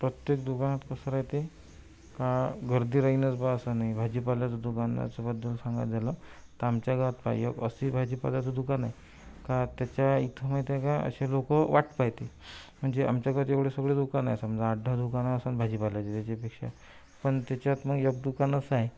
प्रत्येक दुकानात कसं राहते का गर्दी राहीनच बा असं नाही भाजीपाल्याचं दुकानाच्याबद्दल सांगायचं झालं तर आमच्या गावात पायो अस्सी भाजीपाल्याचं दुकानं आहे का त्याच्या इथं माहितीय का असे लोक वाट पाहते म्हणजे आमच्याकडचे एवढे सगळे दुकानं आहे समजा आठदहा दुकानं असन भाजीपाल्याचे त्याच्याहीपेक्षा पण त्याच्यात न एक दुकान असं आहे